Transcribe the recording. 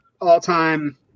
all-time